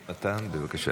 מתן, בבקשה.